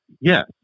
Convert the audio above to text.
yes